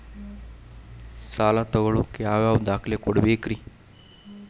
ಸಾಲ ತೊಗೋಳಾಕ್ ಯಾವ ಯಾವ ದಾಖಲೆ ಕೊಡಬೇಕ್ರಿ?